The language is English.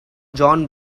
john